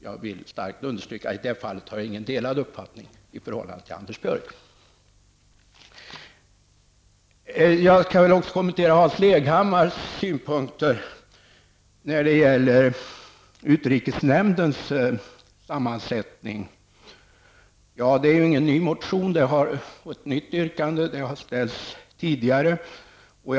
Jag vill starkt understryka detta, och i det fallet har jag inte någon delad uppfattning i förhållande till Anders Björck. Jag skall också kommentera Hans Leghammars synpunkter när det gäller utrikesnämndens sammansättning. Det är inte något nytt yrkande som framförs i motionen.